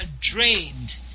drained